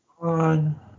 on